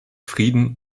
frieden